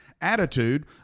attitude